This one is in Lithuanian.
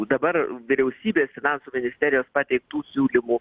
dabar vyriausybės finansų ministerijos pateiktų siūlymų